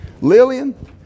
Lillian